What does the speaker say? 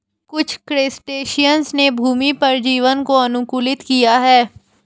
कुछ क्रस्टेशियंस ने भूमि पर जीवन को अनुकूलित किया है